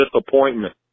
disappointment